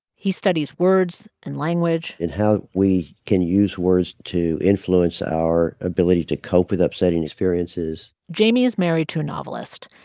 he studies words and language and how we can use words to influence our ability to cope with upsetting experiences jamie is married to a novelist.